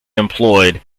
employed